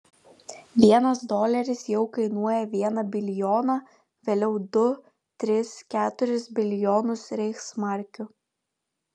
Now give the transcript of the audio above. vienas doleris jau kainuoja vieną bilijoną vėliau du tris keturis bilijonus reichsmarkių